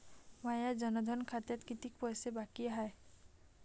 माया जनधन खात्यात कितीक पैसे बाकी हाय?